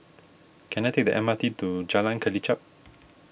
can I take the M R T to Jalan Kelichap